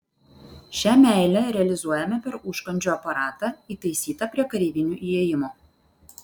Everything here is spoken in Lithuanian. šią meilę realizuojame per užkandžių aparatą įtaisytą prie kareivinių įėjimo